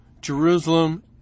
Jerusalem